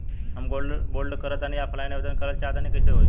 हम gold bond करंति offline आवेदन करल चाह तनि कइसे होई?